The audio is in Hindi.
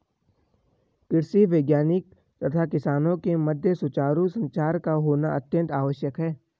कृषि वैज्ञानिक तथा किसानों के मध्य सुचारू संचार का होना अत्यंत आवश्यक है